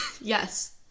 Yes